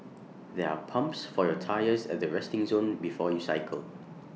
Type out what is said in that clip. there are pumps for your tyres at the resting zone before you cycle